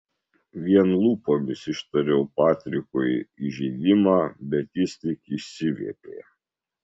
vien lūpomis ištariau patrikui įžeidimą bet jis tik išsiviepė